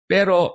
Pero